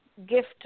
gift